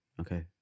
Okay